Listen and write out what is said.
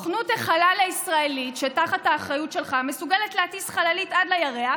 סוכנות החלל הישראלית שתחת האחריות שלך מסוגלת להטיס חללית עד לירח,